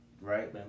right